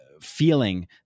feeling